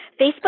Facebook